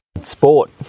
Sport